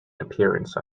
appearance